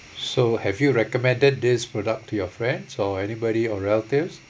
so have you recommended this product to your friends or anybody or relatives